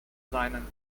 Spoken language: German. seinen